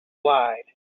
slide